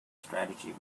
strategy